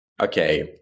okay